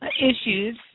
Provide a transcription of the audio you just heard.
issues